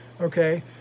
Okay